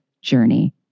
journey